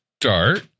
start